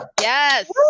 Yes